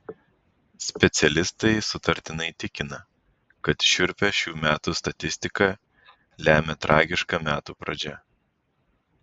specialistai sutartinai tikina kad šiurpią šių metų statistiką lemia tragiška metų pradžia